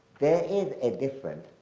there is a different,